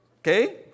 Okay